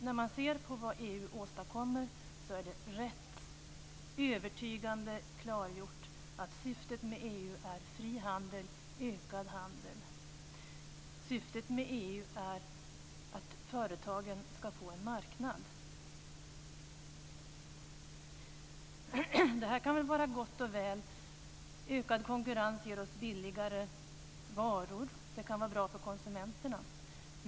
När man ser på vad EU åstadkommer är det rätt övertygande klargjort att syftet med EU är fri handel och ökad handel. Syftet med EU är att företagen ska få en marknad. Detta kan väl vara gott och väl. Ökad konkurrens ger oss billigare varor. Det kan vara bra för konsumenterna.